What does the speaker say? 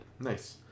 Nice